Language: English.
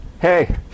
hey